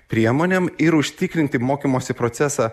priemonėm ir užtikrinti mokymosi procesą